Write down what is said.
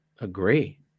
agree